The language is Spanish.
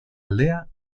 aldea